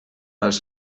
els